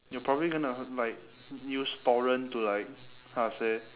you're probably gonna like use torrent to like how to say